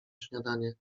śniadanie